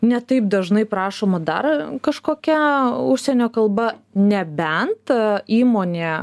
ne taip dažnai prašoma dar kažkokia užsienio kalba nebent įmonė